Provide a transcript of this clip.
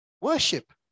worship